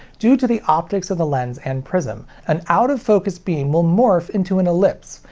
due to the optics of the lens and prism, an out-of-focus beam will morph into an ellipse,